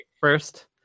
First